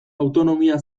autonomia